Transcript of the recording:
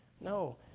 No